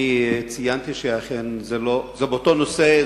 ציינתי שזה באותו נושא,